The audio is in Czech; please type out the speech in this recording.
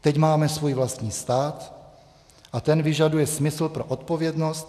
Teď máme svůj vlastní stát a ten vyžaduje smysl pro odpovědnost